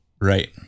right